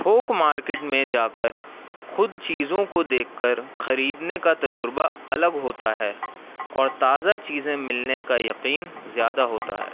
تھٹھوک market میں جا کر خود چیزوں کو دیکھ کر خریدنے کا تجربہ الگ ہوتا ہے اور تازہ چیزیں ملنے کا یقین زیادہ ہوتا ہے